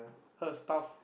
her stuff